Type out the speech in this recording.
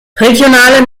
regionale